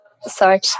sorry